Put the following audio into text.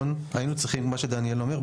כמו שדניאל אומר,